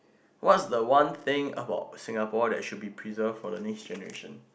what's the one thing about Singapore that should be preserved for the next generation